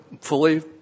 fully